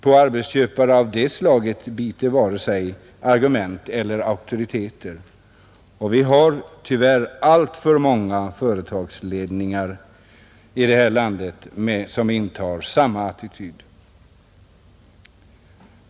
På arbetsköpare av det slaget biter varken argument eller auktoriteter, och vi har tyvärr alltför många företagsledningar i det här landet som intar samma attityd.